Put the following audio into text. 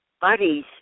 Buddies